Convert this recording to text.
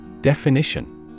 Definition